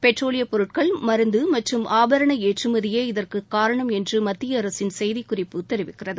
பெட்ரோலியப் பொருட்கள் மருந்து மற்றம் ஆபரண ஏற்றமதியே இதற்குக் காரணம் என்று மத்திய அரசின் செய்திக்குறிப்பு தெரிவிக்கிறது